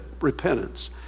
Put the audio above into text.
repentance